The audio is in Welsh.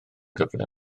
gyflym